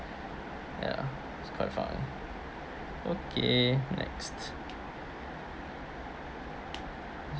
ya it's quite fun okay next